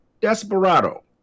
Desperado